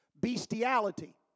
Bestiality